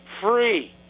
free